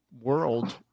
world